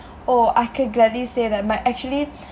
oh I could gladly say that my actually